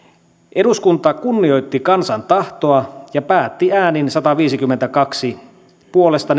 eduskunta kunnioitti kansan tahtoa ja päätti äänin sataviisikymmentäkaksi puolesta